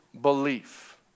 belief